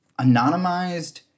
anonymized